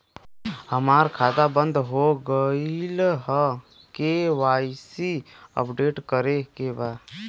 हमार खाता बंद हो गईल ह के.वाइ.सी अपडेट करे के बा?